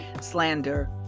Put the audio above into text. slander